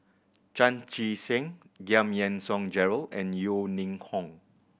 Chan Chee Seng Giam Yean Song Gerald and Yeo Ning Hong